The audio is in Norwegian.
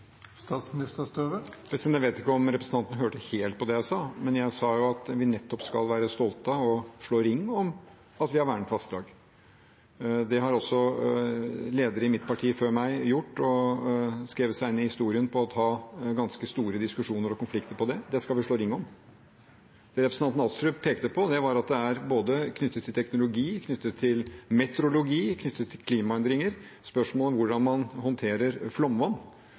Jeg vet ikke om representanten hørte helt på det jeg sa, men jeg sa at vi nettopp skal være stolte av og slå ring om at vi har vernet vassdrag. Det har altså ledere i mitt parti før meg gjort – skrevet seg inn i historien ved å ta ganske store diskusjoner og konflikter på det. Det skal vi slå ring om. Det representanten Astrup pekte på, var at det knyttet til både teknologi, metrologi og klimaendringer er spørsmål om hvordan man håndterer flomvann.